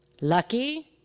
Lucky